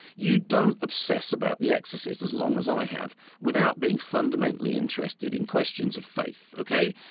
you don't obsess about the exorcist as long as i have without being fundamentally interested in questions of faith, ok?